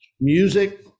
music